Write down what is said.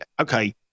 okay